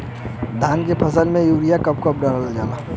धान के फसल में यूरिया कब कब दहल जाला?